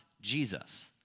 Jesus